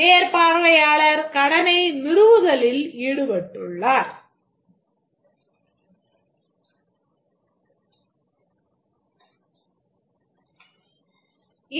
மேற்பார்வையாளர் கடனை நிறுவுதலில் ஈடுபட்டுள்ளார்